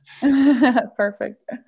Perfect